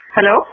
Hello